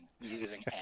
using